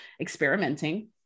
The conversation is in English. experimenting